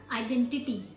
identity